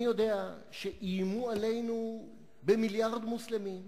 אני יודע שאיימו עלינו במיליארד מוסלמים,